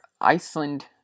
Iceland